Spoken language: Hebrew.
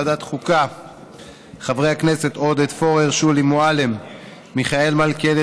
של חבר הכנסת עודד פורר וקבוצת חברי הכנסת,